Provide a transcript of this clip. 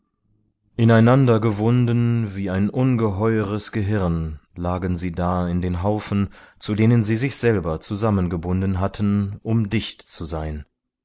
ineinandergewunden wie ein unge heueres gehirn lagen sie da in den haufen zu denen sie sich selber zusammengebunden hatten um dicht zu sein